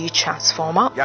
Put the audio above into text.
transformer